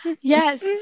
yes